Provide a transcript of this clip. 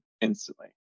instantly